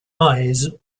eyes